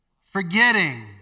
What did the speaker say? forgetting